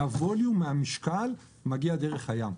מהווליום, מהמשקל, מגיע דרך הים.